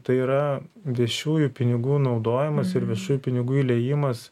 tai yra viešųjų pinigų naudojimas ir viešųjų pinigų įliejimas